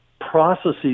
processes